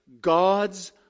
God's